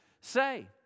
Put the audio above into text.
say